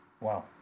Wow